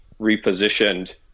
repositioned